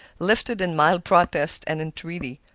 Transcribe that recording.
lifted in mild protest and entreaty.